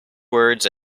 words